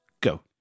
go